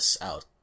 out